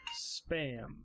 Spam